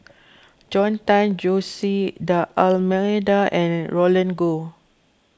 Robert Tan Jose D'Almeida and Roland Goh